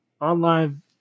online